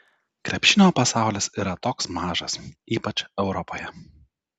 krepšinio pasaulis yra toks mažas ypač europoje